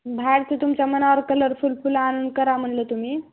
बाहेरचं तुमच्या मनावर कलरफुल फुलं आणून करा म्हणलं तुम्ही